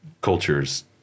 cultures